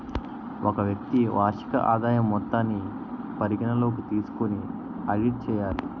ఒక వ్యక్తి వార్షిక ఆదాయం మొత్తాన్ని పరిగణలోకి తీసుకొని ఆడిట్ చేయాలి